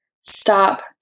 stop